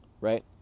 right